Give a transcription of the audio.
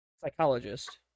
psychologist